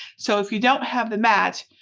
so if you don't have the mat,